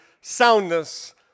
soundness